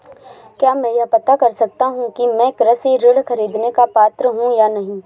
क्या मैं यह पता कर सकता हूँ कि मैं कृषि ऋण ख़रीदने का पात्र हूँ या नहीं?